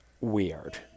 weird